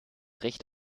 recht